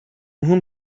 whom